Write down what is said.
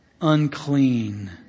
unclean